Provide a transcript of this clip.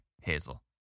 Hazel